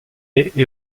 est